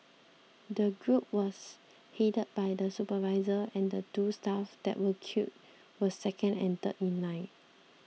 the group was headed by the supervisor and the two staff that were killed were second and third in line